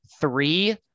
three